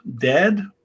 dead